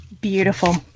Beautiful